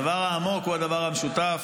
הדבר העמוק הוא הדבר המשותף,